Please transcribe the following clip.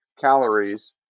calories